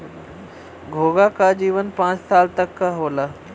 घोंघा क जीवन पांच साल तक क होला